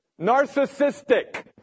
narcissistic